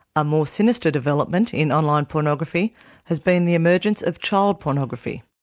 a more sinister development in online pornography has been the emergence of child pornography.